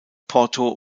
porto